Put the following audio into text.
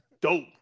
dope